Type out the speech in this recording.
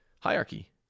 hierarchy